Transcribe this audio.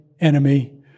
enemy